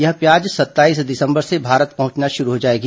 यह प्याज सत्ताईस दिसम्बर से भारत पहुंचना शुरू हो जाएगी